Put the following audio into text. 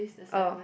oh